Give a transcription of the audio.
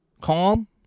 Calm